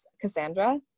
Cassandra